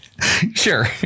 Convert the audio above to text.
Sure